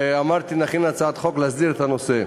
ואמרתי: נכין הצעת חוק להסדיר את הנושא.